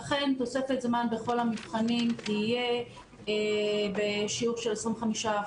אכן תוספת זמן לכל המבחנים תהיה בשיעור של 25%,